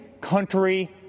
country